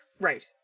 Right